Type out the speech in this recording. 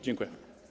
Dziękuję.